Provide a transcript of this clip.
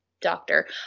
Doctor